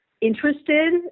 interested